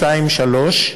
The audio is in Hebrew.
2 ו-3,